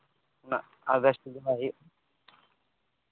ᱚᱱᱟ August July ᱦᱩᱭᱩᱜᱼᱟ